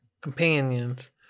Companions